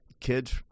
kids